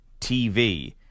TV